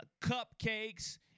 cupcakes